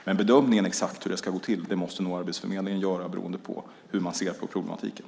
Men exakt hur det ska gå till är nog en bedömning som Arbetsförmedlingen måste göra beroende på hur man ser på problematiken.